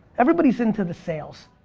everybody's into the sales.